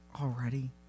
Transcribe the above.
Already